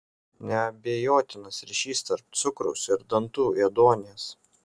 neabejotinas ryšys tarp cukraus ir dantų ėduonies